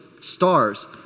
stars